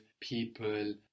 people